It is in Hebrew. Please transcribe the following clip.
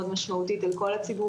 מאוד משמעותית על כל הציבוריות